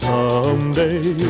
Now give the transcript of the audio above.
Someday